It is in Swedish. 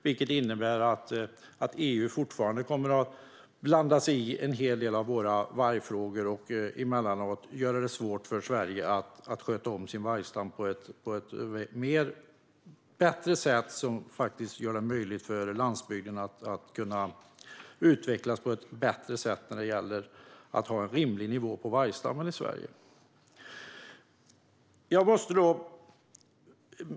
Det innebär att EU fortfarande kommer att blanda sig i en hel del av våra vargfrågor och emellanåt göra det svårt för Sverige att sköta om sin vargstam på ett bättre sätt så att landsbygden kan utvecklas bättre när det gäller att hålla vargstammen på en rimlig nivå.